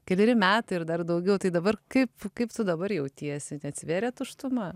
keleri metai ir dar daugiau tai dabar kaip kaip tu dabar jautiesi neatsivėrė tuštuma